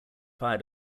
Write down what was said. fire